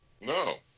no